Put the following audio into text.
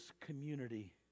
community